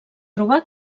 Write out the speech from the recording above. trobar